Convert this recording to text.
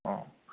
औ